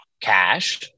cash